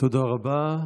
תודה רבה.